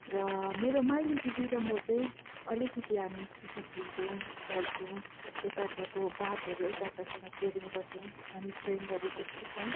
र मेरो माइली दिदी र म चाहिँ अलिकति हामी जिस्किन्छौँ चल्छौँ एक अर्काको बातहरू एक अर्कासँग सेरिङ गर्छौँ हामी फ्रेन्डहरू जस्तो छौँ